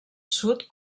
sud